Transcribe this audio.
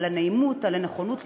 על הנעימות, על הנכונות לשמוע,